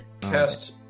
Cast